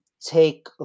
take